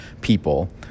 people